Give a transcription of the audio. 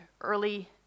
early